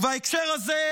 ובהקשר הזה,